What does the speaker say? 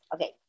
Okay